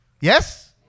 Yes